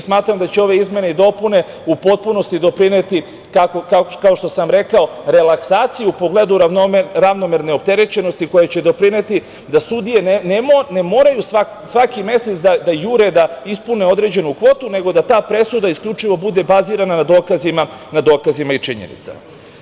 Smatram da će ove izmene i dopune u potpunosti doprineti relaksaciju u pogledu ravnomerne opterećenosti, koja će doprineti da sudije ne moraju svaki mesec da jure da ispune određenu kvotu, nego da ta presuda bude isključivo bazirana na dokazima i činjenicama.